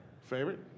favorite